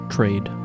Trade